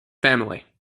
family